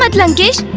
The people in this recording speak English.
but lankesh